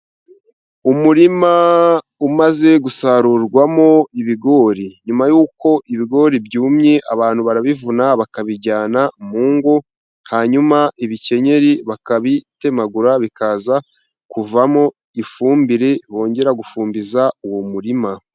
Umurima umaze gusarurwamo ibigori, nyuma y'uko ibigori byumye abantu barabivuna bakabijyana mungo, hanyuma ibikenyeri bakabitemagura bikaza kuvamo ifumbire bongera gufumbiza uwo murima.